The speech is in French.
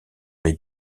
les